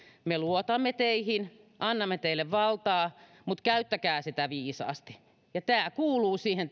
me luotamme teihin ja annamme teille valtaa mutta käyttäkää sitä viisaasti tämä perusteluvelvollisuus kuuluu siihen